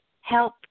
help